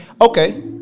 Okay